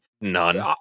none